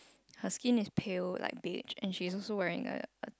her skin is pale like beige and she is also wearing a a